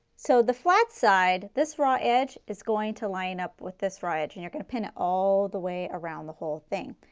so the flat side, this raw edge is going to line up with this raw edge and you are going to pin all the way around the whole thing.